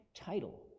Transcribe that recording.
title